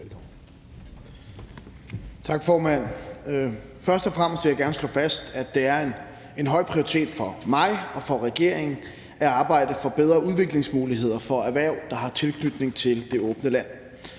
Først og fremmest vil jeg gerne slå fast, at det er en høj prioritering for mig og for regeringen at arbejde for bedre udviklingsmuligheder for erhverv, der har tilknytning til det åbne land.